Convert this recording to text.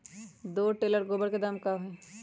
दो टेलर गोबर के दाम का होई?